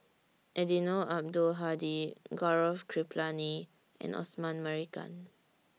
Eddino Abdul Hadi Gaurav Kripalani and Osman Merican